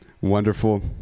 Wonderful